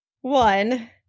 one